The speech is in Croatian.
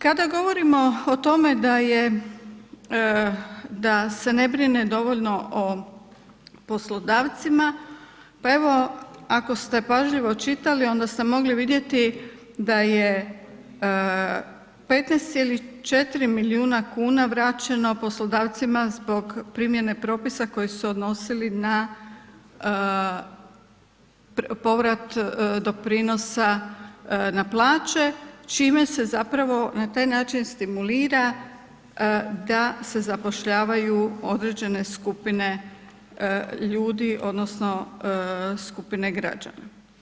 Kada govorimo o tome da je, da se ne brine dovoljno o poslodavcima, pa evo ako ste pažljivo čitali onda ste mogli vidjeti da je 15,4 milijuna kuna vraćeno poslodavcima zbog primjene propisa koji su se odnosili na povrat doprinosa na plaće, čime se zapravo na taj način stimulira da se zapošljavaju određene skupine ljudi odnosno skupine građana.